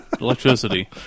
electricity